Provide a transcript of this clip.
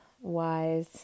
wise